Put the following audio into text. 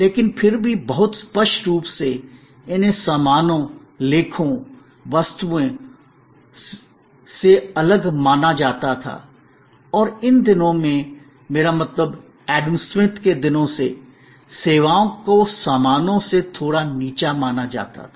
लेकिन फिर भी बहुत स्पष्ट रूप से इन्हें सामानोंगुड्स goods लेखोंआर्टिकल्स articles वस्तुओंऑब्जेक्ट्स objects से अलग माना जाता था और उन दिनों में मेरा मतलब एडम स्मिथ से सेवाओं को सामानों से थोड़ा नीचा माना जाता था